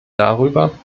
darüber